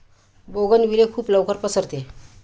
bougainvillea खूप लवकर पसरते